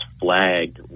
flagged